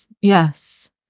Yes